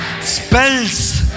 spells